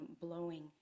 blowing